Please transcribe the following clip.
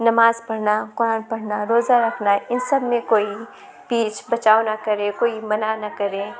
نماز پڑھنا قرآن پڑھنا روزہ رکھنا ان سب میں کوئی بیچ بچاؤ نہ کرے کوئی منع نہ کرے